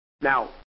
Now